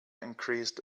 increased